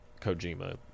Kojima